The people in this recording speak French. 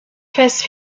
phase